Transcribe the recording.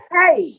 hey